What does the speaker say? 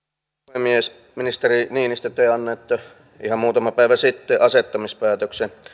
puhemies ministeri niinistö te annoitte ihan muutama päivä sitten asettamispäätöksen